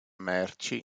merci